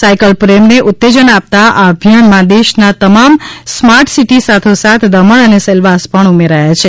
cycle પ્રેમને ઉત્તેજન આપતા આ અભિયાનમાં દેશના તમામ સ્માર્ટ સિટી સાથોસાથ દમણ અને સેલ્વાસ પણ ઉમેરાયા છે